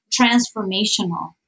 transformational